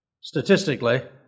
statistically